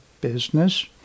business